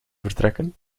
vertrekken